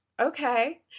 okay